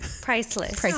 priceless